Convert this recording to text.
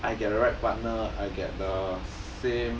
I get the right partner I get the same